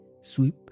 sweep